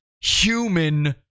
human